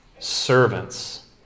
servants